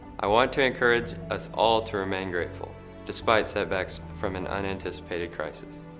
i want to encourage us all to remain grateful despite setbacks from an unanticipated crisis.